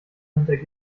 hinter